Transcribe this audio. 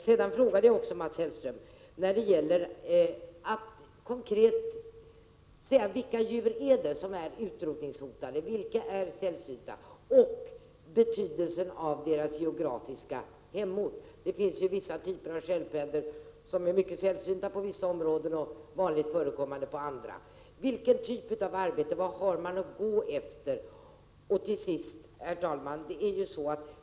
Jag frågade vidare Mats Hellström konkret vilka djur som är utrotningshotade samt vilka som är sällsynta, och betydelsen av deras geografiska hemort. Det finns exempelvis vissa typer av sköldpaddor som är mycket sällsynta 31 inom vissa områden och vanligt förekommande inom andra. Vilken typ av arbete skall det röra sig om, och vad har man att gå efter? Herr talman!